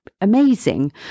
amazing